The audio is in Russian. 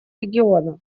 региона